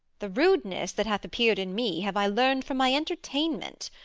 the rudeness that hath appear'd in me have i learn'd from my entertainment.